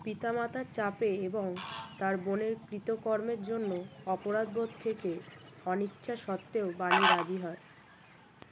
পিতামাতা চাপে এবং তার বোন কৃতকর্মের জন্য অপরাধবোধ থেকে অনিচ্ছা সত্ত্বেও বাণী রাজি হয়